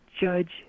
judge